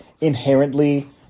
inherently